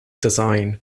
design